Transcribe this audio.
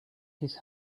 his